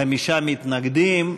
חמישה מתנגדים,